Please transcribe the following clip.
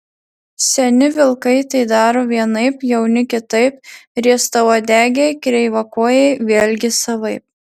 seni vilkai tai daro vienaip jauni kitaip riestauodegiai kreivakojai vėlgi savaip